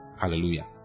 Hallelujah